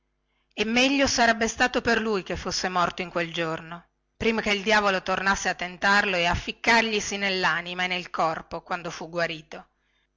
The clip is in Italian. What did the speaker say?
e meglio sarebbe stato per lui che fosse morto in quel giorno prima che il diavolo tornasse a tentarlo e a ficcarglisi nellanima e nel corpo quando fu guarito